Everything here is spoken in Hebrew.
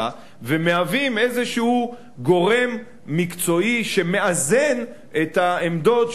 ומהווים איזה גורם מקצועי שמאזן את העמדות,